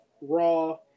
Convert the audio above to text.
Raw